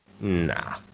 Nah